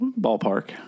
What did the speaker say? Ballpark